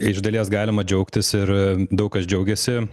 iš dalies galima džiaugtis ir daug kas džiaugiasi